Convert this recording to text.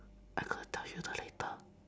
I got told you the later